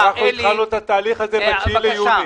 התחלנו את התהליך הזה ב-9 ביוני.